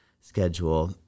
schedule